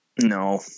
No